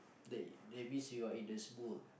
that that means you're in the Smule